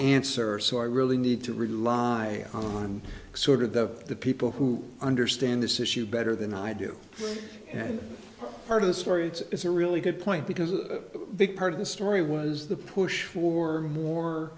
answer so i really need to rely on sort of the the people who understand this issue better than i do and part of the story it's a really good point because a big part of the story was the push for more